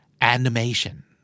Animation